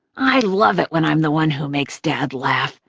i love it when i'm the one who makes dad laugh,